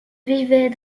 vivaient